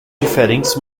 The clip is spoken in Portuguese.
diferentes